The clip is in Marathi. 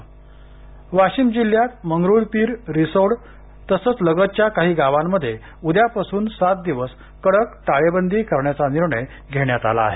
वाशिम वाशिम जिल्ह्यात मंगरूळपीर रिसोड तसंच लगतच्या काही गावांमध्ये उद्यापासुन सात दिवस कडक टाळेबंदी करण्याचा निर्णय घेण्यात आला आहे